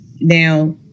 Now